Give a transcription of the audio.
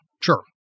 Sure